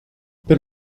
per